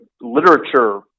literature